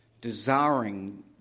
desiring